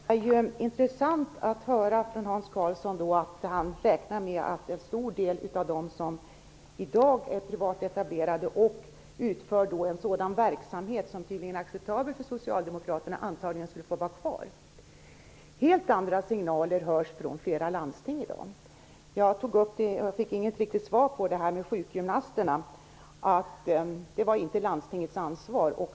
Herr talman! Det är intressant att höra att Hans Karlsson räknar med att en stor del av dem som i dag är privat etablerade och som utför sådan verksamhet som tydligen är acceptabel för socialdemokraterna antagligen skall få vara kvar. Helt andra signaler hörs från flera landsting i dag. Jag tog upp frågan om sjukgymnasterna, men jag fick inte något riktigt svar på den, annat än att det inte var landstingets ansvar.